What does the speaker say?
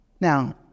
Now